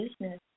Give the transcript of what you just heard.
business